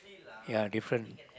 ya different